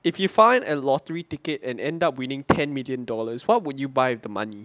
if you find a lottery ticket and end up winning ten million dollars what would you buy the money